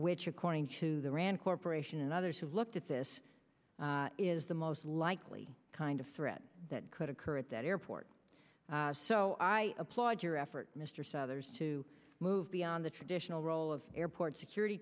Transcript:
which according to the rand corporation and others have looked at this is the most likely kind of threat that could occur at that airport so i applaud your effort mr southers to move beyond the traditional role of airport security